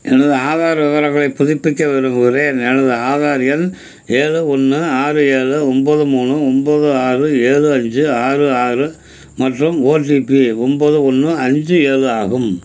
எனது ஆதார் விவரங்களைப் புதுப்பிக்க விரும்புகிறேன் எனது ஆதார் எண் ஏழு ஒன்று ஆறு ஏழு ஒம்பது மூணு ஒம்பது ஆறு ஏழு அஞ்சு ஆறு ஆறு மற்றும் ஓடிபி ஒம்பது ஒன்று அஞ்சு ஏழு ஆகும்